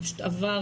זה פשוט עבר,